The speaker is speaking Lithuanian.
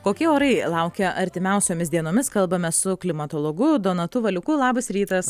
kokie orai laukia artimiausiomis dienomis kalbame su klimatologu donatu valiuku labas rytas